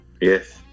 yes